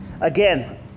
Again